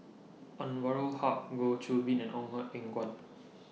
Anwarul Haque Goh Qiu Bin and Ong Eng in Guan